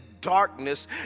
darkness